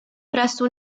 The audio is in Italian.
presso